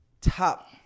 top